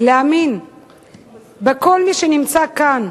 להאמין בכל מי שנמצא כאן,